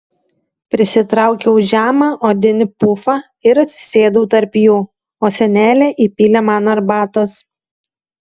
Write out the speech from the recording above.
prisitraukiau žemą odinį pufą ir atsisėdau tarp jų o senelė įpylė man arbatos